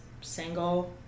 single